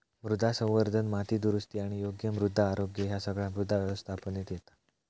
मृदा संवर्धन, माती दुरुस्ती आणि योग्य मृदा आरोग्य ह्या सगळा मृदा व्यवस्थापनेत येता